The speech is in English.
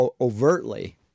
overtly